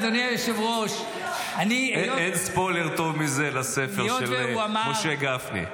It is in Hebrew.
אדוני היושב-ראש --- אין ספוילר טוב מזה לספר של משה גפני,